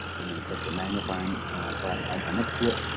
and then click the magnifying glass icon next to it,